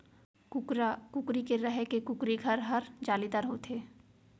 कुकरा, कुकरी के रहें के कुकरी घर हर जालीदार होथे